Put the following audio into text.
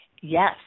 Yes